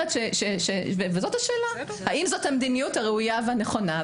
וזאת השאלה, האם זאת המדיניות הראויה והנכונה.